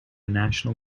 national